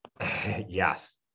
Yes